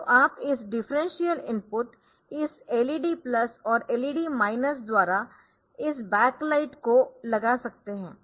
तो आप इस डिफरेंशियल इनपुट इस LED प्लस और LED माइनस द्वारा इस बैक लाइट को लगा सकते है